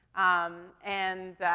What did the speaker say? um, and,